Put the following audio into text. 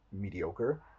mediocre